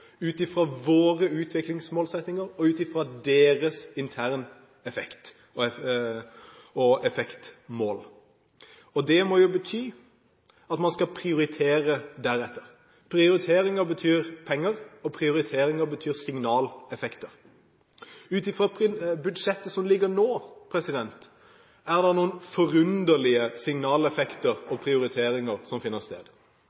ut fra våre utviklingsmålsettinger og ut fra deres interneffekt og effektmål. Det må bety at man skal prioritere deretter, prioriteringer betyr penger, og prioriteringer betyr signaleffekter. Ut fra budsjettet som ligger nå, er det noen forunderlige signaleffekter